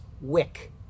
wick